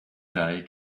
day